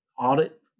audit